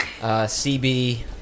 CB